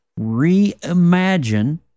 reimagine